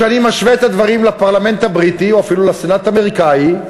כשאני משווה את הדברים לפרלמנט הבריטי או אפילו לסנאט האמריקני,